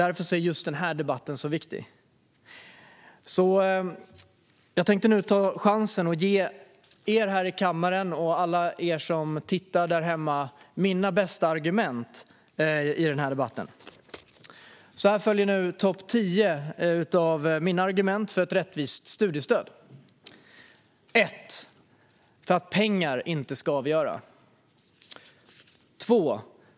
Därför är just denna debatt viktig. Jag tänker nu ta chansen att ge er här i kammaren och alla som tittar hemma mina bästa argument i denna debatt. Här följer topp tio av mina argument för ett rättvist studiestöd: För att pengar inte ska avgöra.